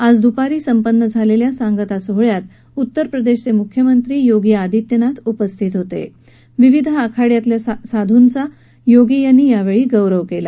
आज दुपारी संपन्न झालख्वा सांगता सोहळ्यात उत्तरप्रदर्शक्रमुख्यमंत्री योगी आदित्यनाथ उपस्थित होत विविध आखाड्यांतल्या साधुंचा योगी यांनी यावछी गौरव कला